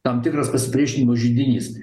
tam tikras pasipriešinimo židinys